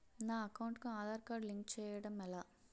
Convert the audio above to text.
నా అకౌంట్ కు Aadhaar card link చేయడం ఎలా?